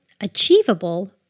achievable